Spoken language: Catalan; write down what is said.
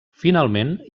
finalment